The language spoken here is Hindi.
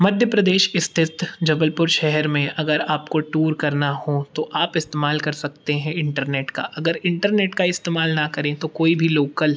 मध्य प्रदेश स्थित जबलपुर शहर में अगर आपको टूर करना हो तो आप इस्तेमाल कर सकते हैं इंटरनेट का अगर इंटरनेट का इस्तेमाल ना करें तो कोई भी लोकल